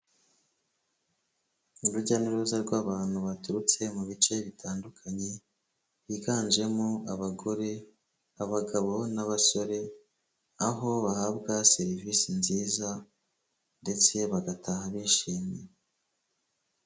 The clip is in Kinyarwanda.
Urujya n'uruza rw'abantu baturutse mu bice bitandukanye, biganjemo abagore, abagabo n'abasore, aho bahabwa serivisi nziza ndetse bagataha bishimye.